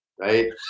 right